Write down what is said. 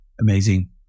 Amazing